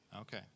Okay